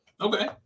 Okay